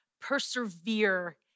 persevere